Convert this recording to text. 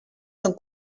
són